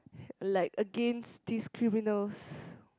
like against this criminals